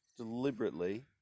deliberately